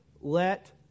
let